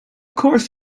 course